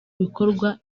bikorwa